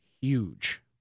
huge